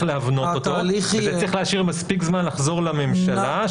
להבנות אותו וצריך להשאיר מספיק זמן לחזור לממשלה,